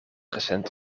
recent